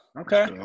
Okay